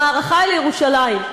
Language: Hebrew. המערכה על ירושלים,